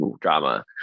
drama